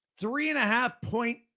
three-and-a-half-point